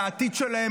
על העתיד שלהם,